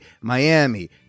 miami